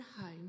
home